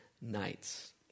nights